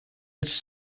its